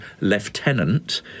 Lieutenant